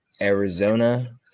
Arizona